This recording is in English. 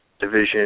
division